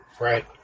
Right